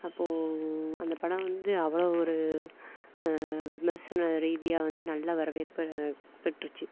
அப்போது அந்த படம் வந்து அவ்வளோ ஒரு விமர்சன ரீதியாக வந்து நல்ல வரவேற்பு பெற்றுச்சு